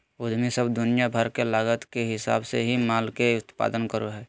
उद्यमी सब दुनिया भर के लागत के हिसाब से ही माल के उत्पादन करो हय